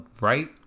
right